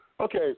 okay